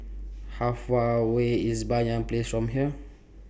How Far away IS Banyan Place from here